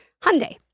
Hyundai